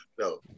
No